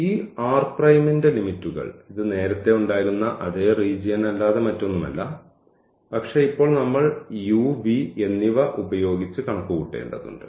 ഈ ന്റെ ലിമിറ്റുകൾ ഇത് നേരത്തെ ഉണ്ടായിരുന്ന അതേ റീജിയൻ അല്ലാതെ മറ്റൊന്നുമല്ല പക്ഷേ ഇപ്പോൾ നമ്മൾ u v എന്നിവ ഉപയോഗിച്ച് കണക്കുകൂട്ടേണ്ടതുണ്ട്